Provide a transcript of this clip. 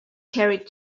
carried